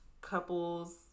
couples